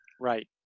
Right